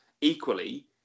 Equally